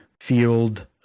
Field